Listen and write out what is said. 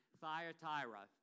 Thyatira